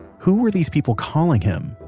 who were these people calling him,